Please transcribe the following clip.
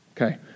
Okay